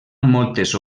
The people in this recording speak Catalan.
moltes